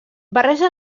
barreja